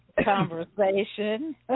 conversation